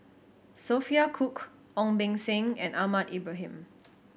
Sophia Cooke Ong Beng Seng and Ahmad Ibrahim